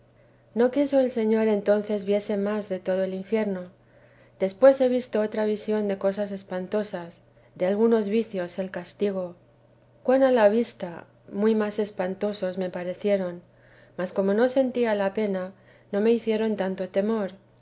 no quiso el señor entonces viese más de todo el infierno después he visto otra visión de cosas espantosas de algunos vicios el castigo cuanto a la vista muy más espantosas me parecieron mas como no sentía la pena no me hicieron tanto temor que